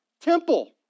temple